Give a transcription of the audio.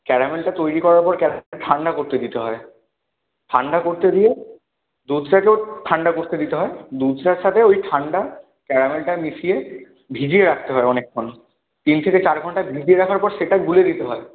ক্যারামেলটা তৈরি করার পর ক্যারামেলটা ঠান্ডা করতে দিতে হয় ঠান্ডা করতে দিয়ে দুধটাকেও ঠান্ডা করতে দিতে হয় দুধটার সাথে ওই ঠান্ডা ক্যারামেলটা মিশিয়ে ভিজিয়ে রাখতে হয় অনেকক্ষণ তিন থেকে চার ঘন্টা ভিজিয়ে রাখার পর সেটা গুলে দিতে হয়